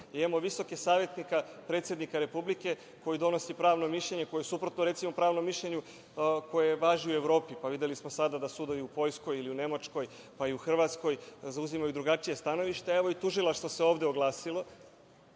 visokog savetnika predsednika Republike koji donosi pravno mišljenje koje je suprotno recimo pravnom mišljenju koji važi u Evropi. Videli smo sada da sudovi u Poljskoj ili u Nemačkoj, pa i u Hrvatskoj, zauzimaju drugačije stanovište. Evo, i tužilaštvo se ovde oglasilo.